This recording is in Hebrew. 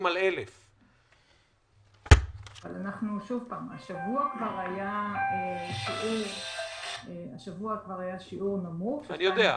על 1,000. השבוע כבר היה שיעור נמוך של 1.2%,